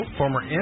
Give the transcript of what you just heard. former